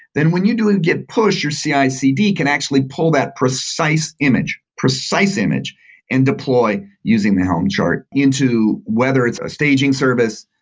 then when you do git push, your cicd can actually pull that precise image, precise image and deploy using the helm chart into whether it's a staging service,